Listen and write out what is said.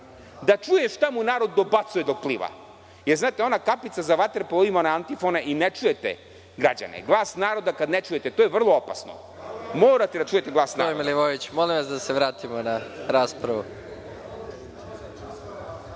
da čuje šta mu narod dobacuje dok pliva. Jer, znate, ona kapica za vaterpolo ima antifone i ne čujete građane. Glas naroda kada ne čujete, to je vrlo opasno. Morate da čujete glas naroda. **Nebojša Stefanović** Gospodine Milivojeviću, molim vas da se vratimo na raspravu.